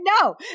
no